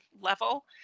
level